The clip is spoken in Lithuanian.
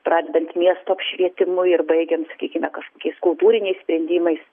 pradedant miesto apšvietimu ir baigiant sakykime kažkokiais kultūriniais sprendimais